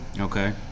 Okay